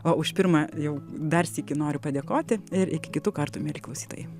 o už pirmą jau dar sykį noriu padėkoti ir iki kitų kartų mieli klausytojai